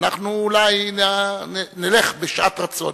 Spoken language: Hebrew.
אולי נלך בשעת רצון.